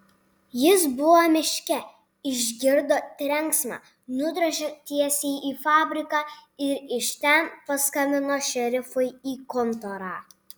jis buvo miške išgirdo trenksmą nudrožė tiesiai į fabriką ir iš ten paskambino šerifui į kontorą